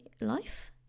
life